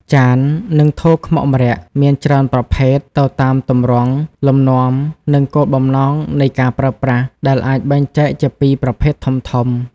ចាន និងថូខ្មុកម្រ័ក្សណ៍មានច្រើនប្រភេទ ទៅតាមទម្រង់ លំនាំ និងគោលបំណងនៃការប្រើប្រាស់ ដែលអាចបែងចែកជាពីរប្រភេទធំៗ។